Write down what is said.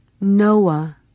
Noah